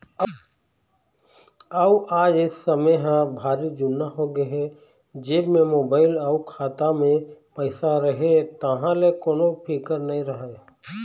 अउ आज ए समे ह भारी जुन्ना होगे हे जेब म मोबाईल अउ खाता म पइसा रहें तहाँ ले कोनो फिकर नइ रहय